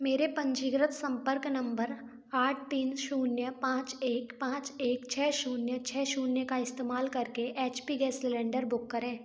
मेरे पंजीकृत सम्पर्क नम्बर आठ तीन शून्य पाँच एक पाँच एक छः शून्य छः शून्य का इस्तेमाल करके H P gas cylinder book करें